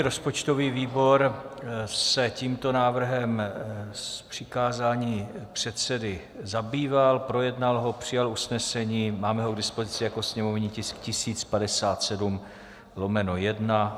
Rozpočtový výbor se tímto návrhem z přikázání předsedy zabýval, projednal ho, přijal usnesení, máme ho k dispozici jako sněmovní tisk 1057/1.